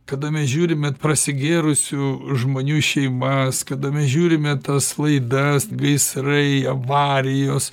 kada mes žiūrime prasigėrusių žmonių šeimas kada mes žiūrime tas laidas gaisrai avarijos